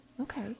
Okay